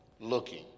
looking